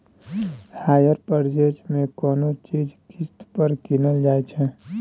hire purchase मे कोनो चीज किस्त पर कीनल जाइ छै